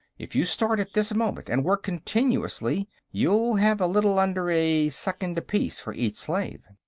if you start at this moment and work continuously, you'll have a little under a second apiece for each slave.